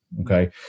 Okay